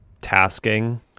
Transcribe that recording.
tasking